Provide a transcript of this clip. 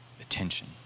attention